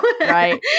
Right